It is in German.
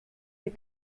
der